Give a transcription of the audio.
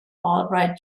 albright